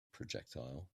projectile